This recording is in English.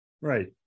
Right